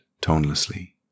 tonelessly